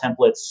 templates